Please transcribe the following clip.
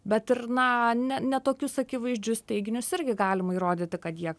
bet ir na ne ne tokius akivaizdžius teiginius irgi galima įrodyti kad jie